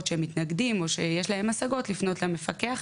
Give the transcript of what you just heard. שמתנגדים או שיש להם הסגות לפנות למפקח